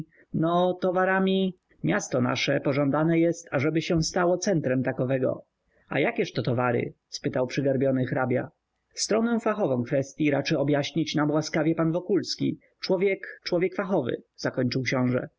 no towarami miasto zaś nasze pożądane jest ażeby się stało centrem takowego a jakież to towary spytał przygarbiony brabia stronę fachową kwestyi raczy objaśnić nam łaskawie pan wokulski człowiek człowiek fachowy zakończył książe